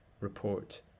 report